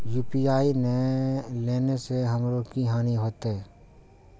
UPI ने लेने से हमरो की हानि होते?